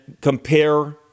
compare